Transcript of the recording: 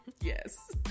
yes